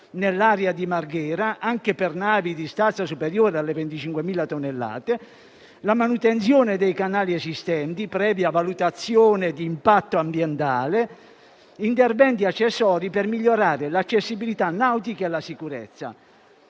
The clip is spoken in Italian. nell'area di Marghera, anche per navi di stazza superiore alle 25.000 tonnellate, per la manutenzione dei canali esistenti (previa valutazione di impatto ambientale), per interventi accessori volti a migliorare l'accessibilità nautica e la sicurezza.